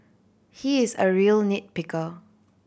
he is a real nit picker